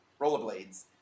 rollerblades